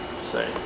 Say